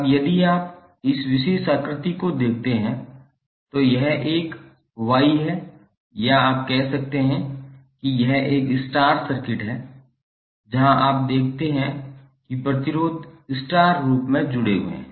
अब यदि आप इस विशेष आकृति को देखते हैं तो यह एक Y है या आप कह सकते हैं यह एक स्टार सर्किट है जहां आप देखते हैं कि प्रतिरोध स्टार रूप में जुड़े हुए हैं